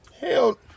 Hell